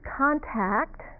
contact